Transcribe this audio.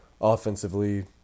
Offensively